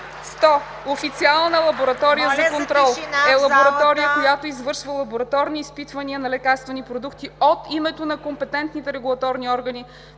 100. „Официална лаборатория за контрол“ е лаборатория, която извършва лабораторни изпитвания на лекарствени продукти от името на компетентните регулаторни органи